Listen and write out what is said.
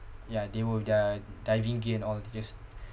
ya they with their diving gear and all they just